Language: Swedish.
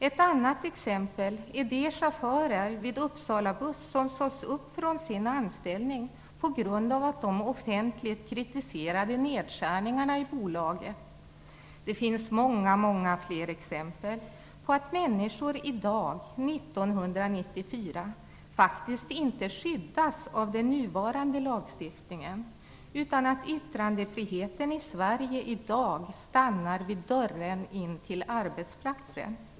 Ett annat exempel är de chaufförer vid Det finns många fler exempel på att människor i dag, 1994, inte skyddas av den nuvarande lagstiftningen, utan att yttrandefriheten i Sverige stannar utanför dörren in till arbetsplatsen.